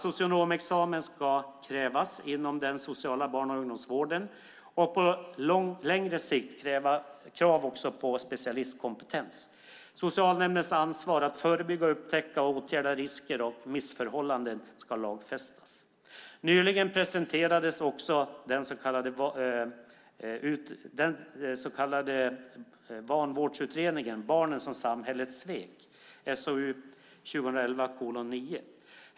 Socionomexamen ska krävas inom den sociala barn och ungdomsvården och på längre sikt ska det även ställas krav på specialistkompetens. Socialnämndens ansvar att förebygga, upptäcka och åtgärda risker och missförhållanden ska lagfästas. Nyligen presenterades den så kallade vanvårdsutredningen, Barnen som samhället svek , SOU 2011:9.